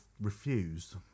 Refused